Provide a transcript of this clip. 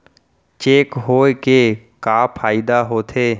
Cheque होए के का फाइदा होथे?